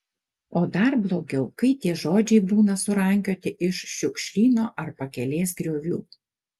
o dar blogiau kai tie žodžiai būna surankioti iš šiukšlyno ar pakelės griovių